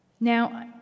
Now